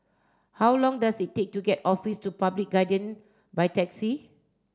how long does it take to get Office to Public Guardian by taxi